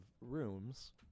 rooms